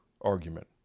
argument